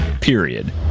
Period